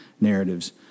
narratives